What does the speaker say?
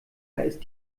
ist